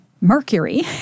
Mercury